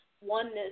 oneness